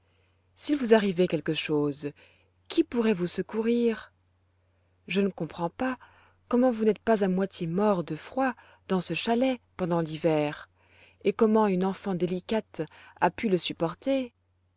s'il vous arrivait quelque chose qui pourrait vous secourir je ne comprends pas comment vous n'êtes pas à moitié mort de froid dans ce chalet pendant l'hiver et comment une enfant délicate a pu le supporter